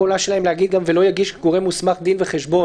פה השאלה היא האם להגיד גם: "ולא יגיש גורם מוסמך דין וחשבון"?